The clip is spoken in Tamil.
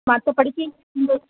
மற்றபடிக்கு இந்த